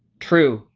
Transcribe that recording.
true.